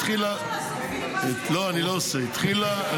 התחילה --- אתה לא יכול לעשות פיליבסטר,